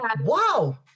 Wow